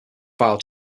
file